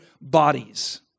bodies